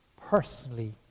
personally